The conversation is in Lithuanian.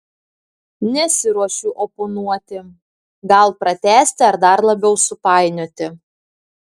nesiruošiu oponuoti gal pratęsti ar dar labiau supainioti